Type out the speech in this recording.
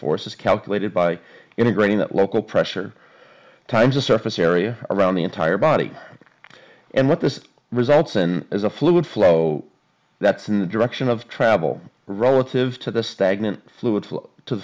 force is calculated by integrating that local pressure times the surface area around the entire body and what this results in as a fluid flow that's in the direction of travel relative to the stagnant fluid